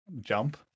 jump